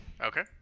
Okay